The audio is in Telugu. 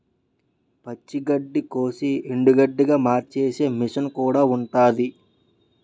పచ్చి గడ్డికోసి ఎండుగడ్డిగా మార్చేసే మిసన్ కూడా ఉంటాది